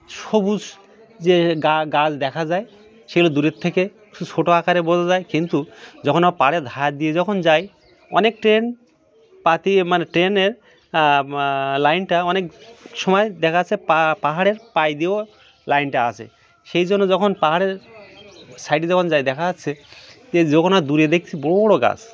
সবুজ যে গা গাছ দেখা যায় সেগুলো দূরের থেকে ছোট আকারে বোঝা যায় কিন্তু যখন ও পাড়ের ধার দিয়ে যখন যাই অনেক ট্রেন পাতিয়ে মানে ট্রেনের লাইনটা অনেক সময় দেখা যাচ্ছে পা পাহাড়ের পাশ দিয়েও লাইনটা আছে সেই জন্য যখন পাহাড়ের সাইডে যখন যাই দেখা যাচ্ছে যে যখন আর দূরে দেখছি বড় বড় গাছ